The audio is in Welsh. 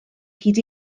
hyd